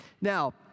Now